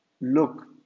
look